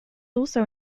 also